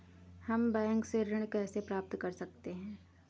हम बैंक से ऋण कैसे प्राप्त कर सकते हैं?